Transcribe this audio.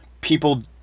people